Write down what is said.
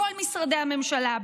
כל משרדי הממשלה,